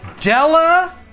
Della